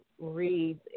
reads